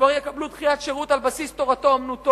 כבר יקבלו דחיית שירות על בסיס תורתו-אומנותו,